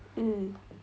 mm